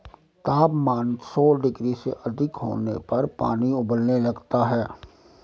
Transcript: तापमान सौ डिग्री से अधिक होने पर पानी उबलने लगता है